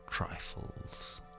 trifles